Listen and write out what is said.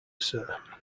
sir